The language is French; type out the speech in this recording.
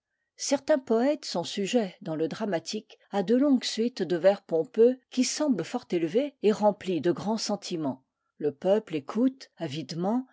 certains poètes sont sujets dans le dramatique à de longues suites de vers pompeux qui semblent fort élevés et remplis de grands sentiments le peuple écoute avidement